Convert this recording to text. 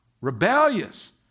rebellious